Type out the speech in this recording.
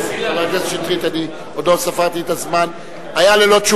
מוזס היתה ללא תשובת שר,